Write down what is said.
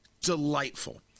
delightful